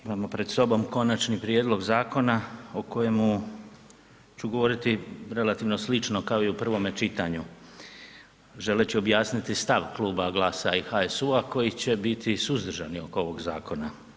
Imamo pred sobom konačni prijedlog zakona o kojemu ću govoriti relativno slično kao i prvome čitanju želeći objasniti stav Kluba GLAS-a i HSU-a koji će biti suzdržani ono ovog zakona.